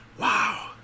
Wow